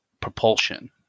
propulsion